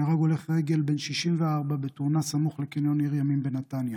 נהרג הולך רגל בן 64 בתאונה סמוך לקניון עיר ימים בנתניה.